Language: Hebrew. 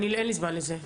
אין לי זמן לזה,